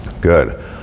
Good